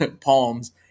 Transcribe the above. Palms